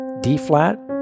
D-flat